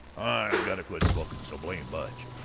i got to quit smoking so blame much!